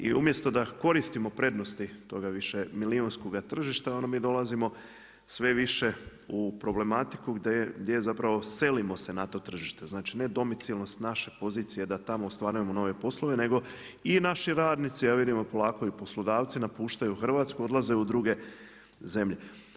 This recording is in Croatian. I umjesto da koristimo prednosti toga više milijunskoga tržišta onda mi dolazimo sve više u problematiku gdje se selimo na to tržište, znači ne domicilnost naše pozicije da tamo ostvarujemo nove poslove nego i naši radnici, a vidimo polako i poslodavci napuštaju Hrvatsku odlaze u druge zemlje.